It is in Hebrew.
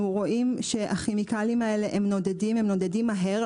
אנחנו רואים שהכימיקלים האלה נודדים והם נודדים מהר.